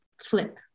flip